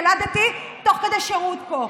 ילדתי תוך כדי שירות פה,